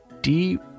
Deep